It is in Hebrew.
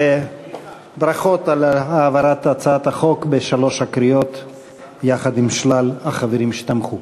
וברכות על העברת הצעת החוק בשלוש הקריאות יחד עם שלל החברים שתמכו.